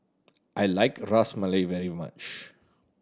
I like Ras Malai very much